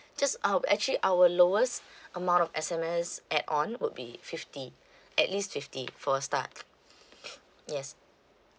just uh actually our lowest amount of S_M_S add on would be fifty at least fifty for a start yes